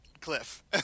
Cliff